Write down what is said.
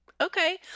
okay